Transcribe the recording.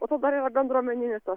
po to dar yra bendruomeninis tas